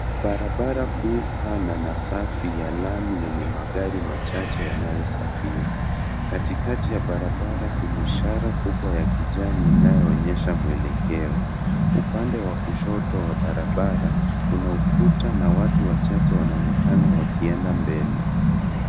Barabara kuu pana na safi ya lami yenye magari machache yanayosafiri. Katikati ya barabara kuna ishara kubwa ya kijani inayoonyesha mwelekeo. Upande wa kushoto wa barabara, kuna ukuta na watu wachache wanaonekana wakienda mbele.